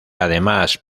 además